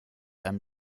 einem